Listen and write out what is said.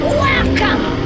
welcome